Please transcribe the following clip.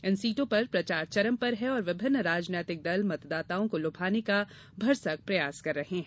इन सीटों पर प्रचार चरम पर है और विभिन्न राजनीतिक दल मतदाताओं को लुभाने का भरसक प्रयास कर रहे हैं